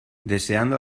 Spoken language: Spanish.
deseando